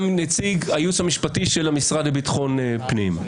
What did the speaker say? נציג הייעוץ המשפטי של המשרד לביטחון פנים.